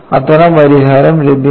അത്തരം പരിഹാരം ലഭ്യമാണ്